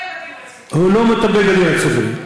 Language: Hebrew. מטפל בדיור הציבורי.